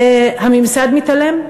הממסד מתעלם.